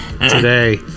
today